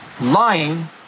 Lying